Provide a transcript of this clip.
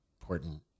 important